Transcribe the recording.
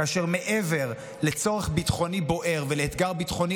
כאשר מעבר לצורך ביטחוני בוער ולאתגר ביטחוני